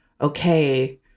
okay